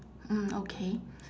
mm okay